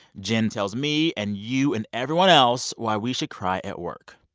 jen tells me and you and everyone else why we should cry at work.